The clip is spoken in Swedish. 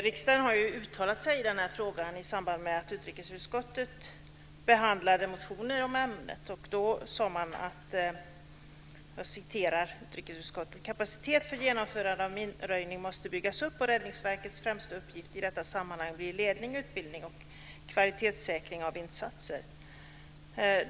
Riksdagen har uttalat sig i den här frågan i samband med att utrikesutskottet behandlade motioner i ämnet. Då sade man att "kapacitet för genomförande av minröjning måste byggas upp och Räddningsverkts främsta uppgifter i detta sammanhang blir ledning, utbildning och kvalitetssäkring av insatser".